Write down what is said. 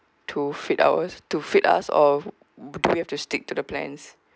to fit ours to fit us or we have to stick to the plans